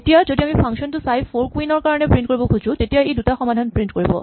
এতিয়া যদি আমি ফাংচন টো চাই ফ'ৰ কুইন ৰ কাৰণে প্ৰিন্ট কৰিব খোজো তেতিয়া ই দুটা সমাধান প্ৰিন্ট কৰিব